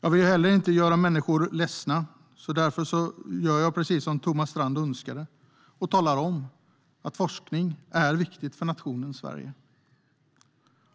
Jag vill inte heller göra människor ledsna, och därför gör jag precis som Thomas Strand önskade, nämligen talar om att forskning är viktig för nationen Sverige.